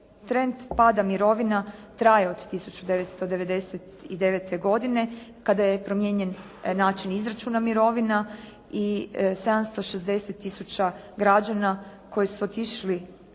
trend pada mirovina traje od 1999. godine kada je promijenjen način izračuna mirovina i 760 tisuća građana koji su otišli